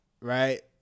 Right